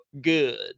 good